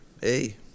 hey